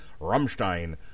Rammstein